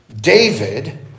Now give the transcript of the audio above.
David